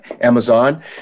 Amazon